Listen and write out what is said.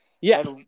yes